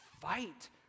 fight